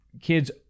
kids